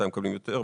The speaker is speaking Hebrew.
מתי מקבלים יותר,